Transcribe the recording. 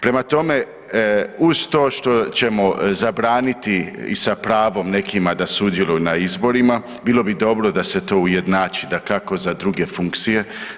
Prema tome, uz to što ćemo zabraniti i sa pravom nekima da sudjeluju na izborima, bilo bi dobro da se to ujednači dakako za druge funkcije.